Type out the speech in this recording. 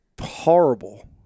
horrible